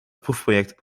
proefproject